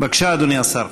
בבקשה, אדוני השר.